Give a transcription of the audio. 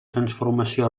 transformació